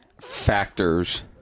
factors